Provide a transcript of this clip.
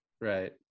Right